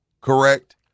correct